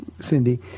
Cindy